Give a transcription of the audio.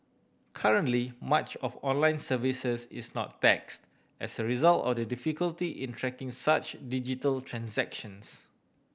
currently much of online services is not taxed as a result of the difficulty in tracking such digital transactions